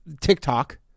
TikTok